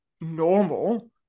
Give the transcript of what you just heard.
normal